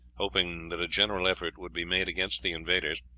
hoping that a general effort would be made against the invaders.